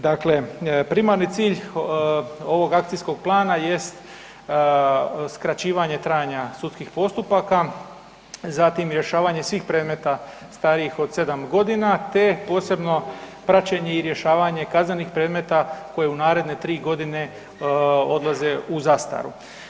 Dakle, primarni cilj ovog akcijskog plana jest skraćivanje trajanja sudskih postupaka, zatim rješavanje svih predmeta starijih od 7.g., te posebno praćenje i rješavanje kaznenih predmeta koje u naredne 3.g. odlaze u zastaru.